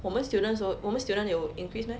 我们 students 的时候我们 student they will increase meh